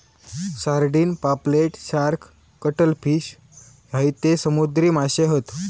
sardine, पापलेट, shark, cuttlefish हयते समुद्री माशे हत